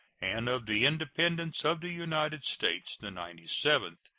and of the independence of the united states the ninety-seventh.